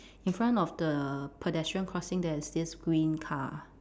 in front of the pedestrian crossing there is this green car